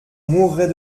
mourrais